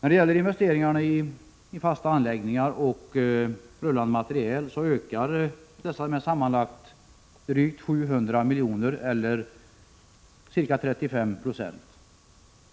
När det gäller investeringarna i fasta anläggningar och rullande materiel ökar dessa med sammanlagt drygt 700 milj.kr. eller ca 35 20.